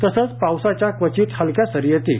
तसेच पावसाच्या क्वचित हलक्या सरी येतील